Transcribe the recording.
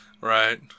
Right